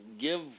Give